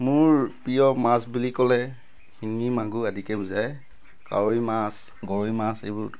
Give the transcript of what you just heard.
মোৰ প্ৰিয় মাছ বুলি ক'লে শিঙী মাগুৰ আদিকে বুজায় কাৱৈ মাছ গৰৈ মাছ এইবোৰ